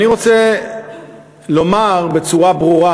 אני רוצה לומר בצורה ברורה,